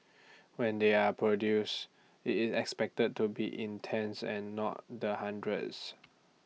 when they are produced IT is expected to be in tens and not the hundreds